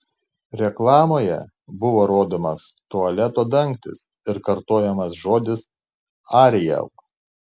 reklamoje buvo rodomas tualeto dangtis ir kartojamas žodis ariel